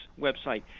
website